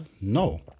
No